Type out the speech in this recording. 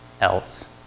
else